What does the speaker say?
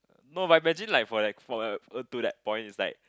no but imagine like for like for like uh to that point is like